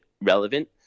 relevant